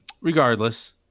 Regardless